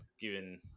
Given